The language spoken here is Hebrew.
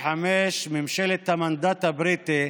ממשלת המנדט הבריטי